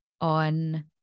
On